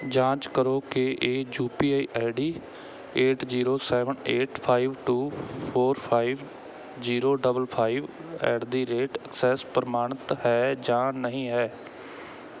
ਜਾਂਚ ਕਰੋ ਕਿ ਇਹ U P I I D eight zero seven eight two four five zero double five at the rate Axis ਪ੍ਰਮਾਣਿਤ ਹੈ ਜਾਂ ਨਹੀਂ ਹੈ